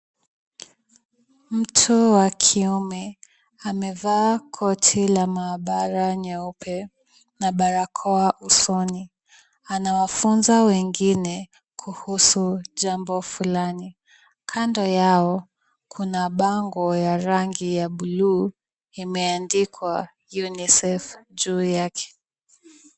Mtu wa kiume amevaa koti la maabara nyeupe na barakoa usoni. Anawafunza wengine kuhusu jambo fulani. Kando yao kuna bango la rangi ya buluu limeandikwa UNICEF juu yake.